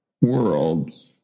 worlds